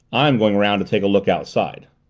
i'm going round to take a look outside.